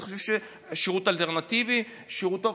אני חושב, שירות אלטרנטיבי, שירות טוב.